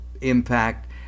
impact